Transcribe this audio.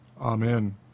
Amen